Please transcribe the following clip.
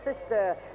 sister